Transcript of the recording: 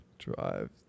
Drive